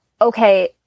okay